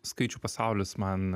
skaičių pasaulis man